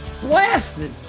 blasted